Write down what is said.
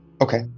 Okay